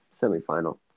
semifinal